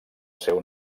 seu